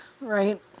right